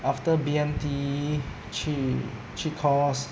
after B_M_T 去去 course